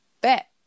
Bet